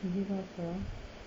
is it pasar